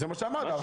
זה מה שאתה אמרת.